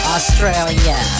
Australia